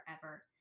forever